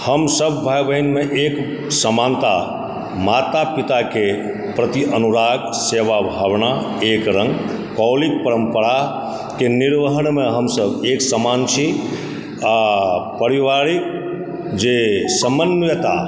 हमसब भाय बहिनम एक समानता माता पिताके प्रति अनुराग सेवा भावना एक रङ्ग कौलिक परम्पराके निर्वहनमे हमसब एक समान छी आ पारिवारिक जे समन्वयता